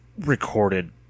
recorded